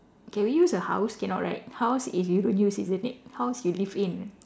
can we use a house cannot right house is you don't use isn't it house you live in